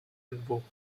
involves